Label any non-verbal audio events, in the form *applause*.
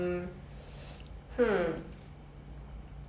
*laughs* oh